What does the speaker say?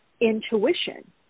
intuition